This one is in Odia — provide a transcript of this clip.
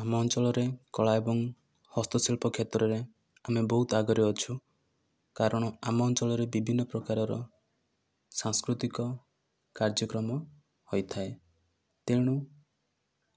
ଆମ ଅଞ୍ଚଳରେ କଳା ଏବଂ ହସ୍ତଶିଳ୍ପ କ୍ଷେତ୍ରରେ ଆମେ ବହୁତ ଆଗରେ ଅଛୁ କାରଣ ଆମ ଅଞ୍ଚଳରେ ବଭିନ୍ନପ୍ରକାରର ସାସ୍କୃତିକ କାର୍ଯକ୍ରମ ହୋଇଥାଏ ତେଣୁ